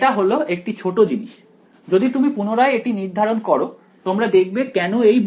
এটা হল একটি ছোট জিনিস যদি তুমি পুনরায় এটি নির্ধারণ করো তোমরা দেখবে কেন এই